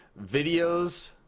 videos